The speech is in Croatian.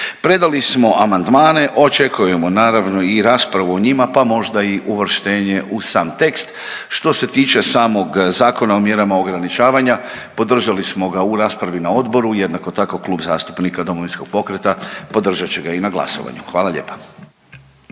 Predali smo amandmane, očekujemo naravno i raspravu o njima pa možda i uvrštenje u sam tekst. Što se tiče samog Zakona o mjerama ograničavanja podržali smo ga u raspravi na odboru, jednako tako Klub zastupnika Domovinskog pokreta podržat će ga i na glasovanju. Hvala lijepa.